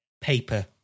paper